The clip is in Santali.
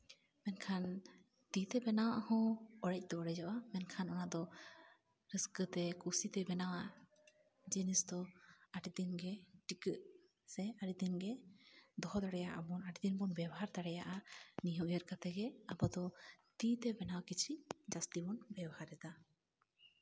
ᱢᱮᱱᱠᱷᱟᱱ ᱛᱤᱛᱮ ᱵᱮᱱᱟᱣᱟᱜ ᱦᱚᱸ ᱚᱲᱮᱡ ᱫᱚ ᱚᱲᱮᱡᱚᱜᱼᱟ ᱢᱮᱱᱠᱷᱟᱱ ᱚᱱᱟ ᱫᱚ ᱨᱟᱹᱥᱠᱟᱹᱛᱮ ᱠᱩᱥᱤᱛᱮ ᱵᱮᱱᱟᱣᱟᱜ ᱡᱤᱱᱤᱥ ᱫᱚ ᱟᱹᱰᱤ ᱫᱤᱱ ᱜᱮ ᱴᱤᱠᱟᱹᱜ ᱥᱮ ᱟᱹᱰᱤᱫᱤᱱ ᱜᱮ ᱫᱚᱦᱚ ᱫᱟᱲᱮᱭᱟᱜ ᱵᱚᱱ ᱟᱹᱰᱤᱫᱤᱱ ᱵᱚᱱ ᱵᱮᱣᱦᱟᱨ ᱫᱟᱲᱮᱭᱟᱜᱼᱟ ᱱᱤᱭᱟᱹ ᱩᱭᱦᱟᱹᱨ ᱠᱟᱛᱮ ᱜᱮ ᱟᱵᱚ ᱫᱚ ᱛᱤᱛᱮ ᱵᱮᱱᱟᱣ ᱠᱤᱪᱨᱤᱪ ᱡᱟᱹᱥᱛᱤ ᱵᱚᱱ ᱵᱮᱣᱦᱟᱨ ᱮᱫᱟ